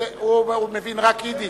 הוא מבין רק יידיש.